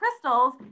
crystals